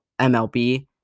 MLB